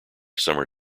summer